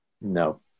No